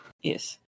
Yes